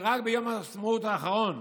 כשרק ביום העצמאות האחרון,